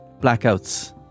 blackouts